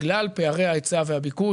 בגלל פערי ההיצע והביקוש,